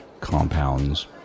compounds